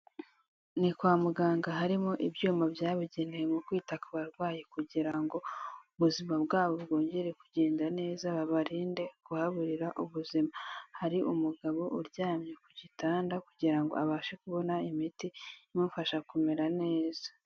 Ni kwa muganga harimo ibyuma byabagenewe mu kwita ku barwayi kugira ngo ubuzima bwabo bwongere kugenda neza babarinde kuhaburira ubuzima, hari umugabo uryamye ku gitanda kugira ngo abashe kubona imiti imufasha kumera neza.